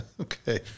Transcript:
Okay